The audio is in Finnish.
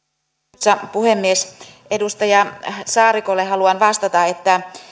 arvoisa puhemies edustaja saarikolle haluan vastata että